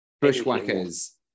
Bushwhackers